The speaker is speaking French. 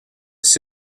site